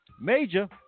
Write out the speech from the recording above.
Major